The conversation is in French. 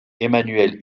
emmanuel